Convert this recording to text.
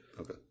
okay